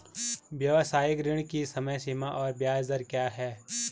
व्यावसायिक ऋण की समय सीमा और ब्याज दर क्या है?